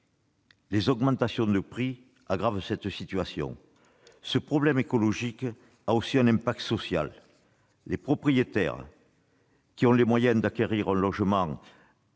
Les augmentations de prix aggravent cette situation. Ce problème écologique a aussi un impact social : les propriétaires qui ont les moyens d'acquérir un logement